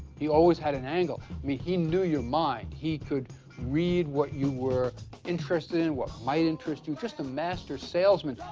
he always had an angle. i mean, he knew your mind. he could read what you were interested in, what might interest you, just a master salesman.